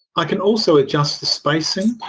i can also adjust the spacing.